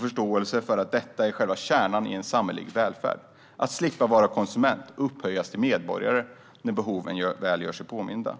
förståelse för att detta är själva kärnan av samhällelig välfärd - man ska slippa vara konsument och upphöjas till medborgare när behoven väl gör sig påminda.